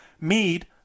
mead